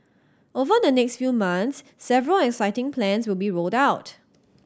over the next few months several exciting plans will be rolled out